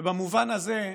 ובמובן הזה,